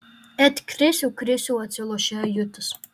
et krisiau krisiau atsilošia ajutis